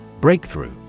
Breakthrough